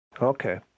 Okay